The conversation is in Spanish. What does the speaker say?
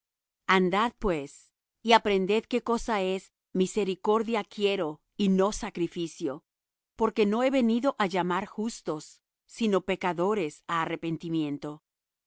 andad pues y aprended qué cosa es misericordia quiero y no sacrificio porque no he venido á llamar justos sino pecadores á arrepentimiento